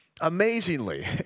amazingly